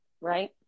right